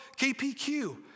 KPQ